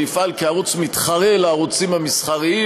שיפעל כערוץ מתחרה לערוצים המסחריים,